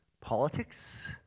politics